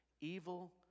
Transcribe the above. evil